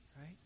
right